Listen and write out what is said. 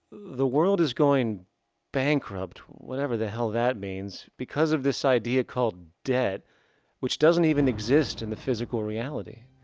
the world is going bankrupt whatever the hell that means because of this idea called debt which doesn't even exist in the physical reality.